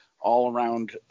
all-around –